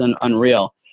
unreal